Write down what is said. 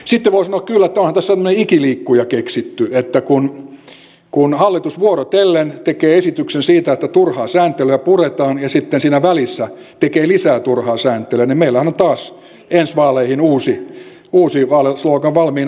sitten voi sanoa kyllä että onhan tässä tämmöinen ikiliikkuja keksitty kun hallitus tekee esityksen siitä että turhaa sääntelyä puretaan ja sitten siinä välissä tekee lisää turhaa sääntelyä niin että meillähän on taas ensi vaaleihin uusi vaalislogan valmiina